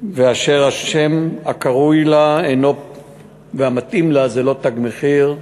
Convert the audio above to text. ואשר השם הקרוי לה והמתאים לה זה לא "תג מחיר".